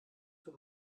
für